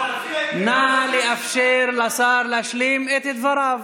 נא לאפשר לשר להשלים את דבריו.